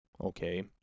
okay